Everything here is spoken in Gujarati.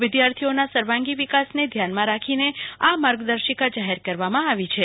વિદ્યાર્થીઓના સર્વાંગી વિકાસને ધ્યાનમાં રાખીને ચાર માર્ગદર્શિકા જાહેર કરવામાં આવી છે